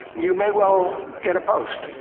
you may well get a post,